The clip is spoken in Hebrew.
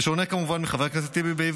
בשונה כמובן מחבר הכנסת טיבי בעברית.